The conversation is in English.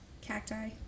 Cacti